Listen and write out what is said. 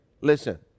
Listen